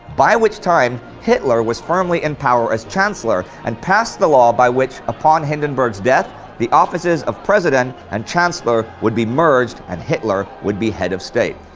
by which time hitler was firmly in power as chancellor and passed the law by which upon hindenburg's death the offices of president and chancellor would be merged and hitler would be head of state.